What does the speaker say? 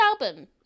album